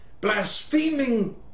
blaspheming